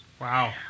Wow